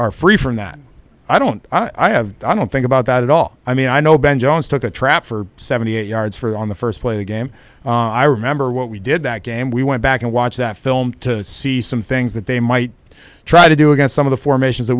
free from that i don't i have i don't think about that at all i mean i know ben jones took a trap for seventy eight yards for on the first play a game i remember what we did that game we went back and watch that film to see some things that they might try to do again some of the formations that